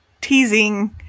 teasing